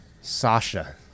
Sasha